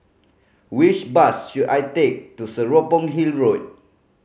which bus should I take to Serapong Hill Road